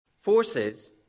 Forces